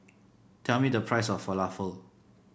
tell me the price of Falafel